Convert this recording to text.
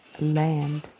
Land